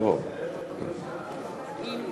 את הצעת חוק נציבי פניות הציבור בגופים ציבוריים,